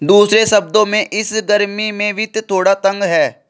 दूसरे शब्दों में, इस गर्मी में वित्त थोड़ा तंग है